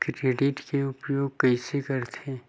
Credit के उपयोग कइसे करथे?